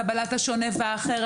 קבלת השונה והאחר,